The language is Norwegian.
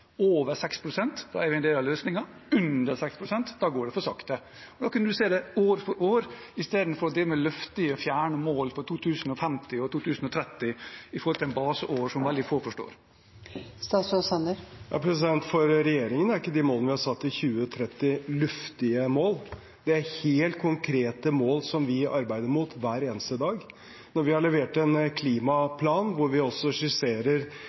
over 6 pst., er det en del av løsningen, er det under 6 pst., går det for sakte. Da kunne man sett det år for år, istedenfor å drive med luftige, fjerne mål for 2050 og 2030 i forhold til et baseår, som veldig få forstår. For regjeringen er ikke de målene vi har satt for 2030, luftige mål. Det er helt konkrete mål som vi arbeider mot hver eneste dag. Når vi har levert en klimaplan hvor vi også skisserer